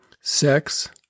sex